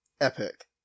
epic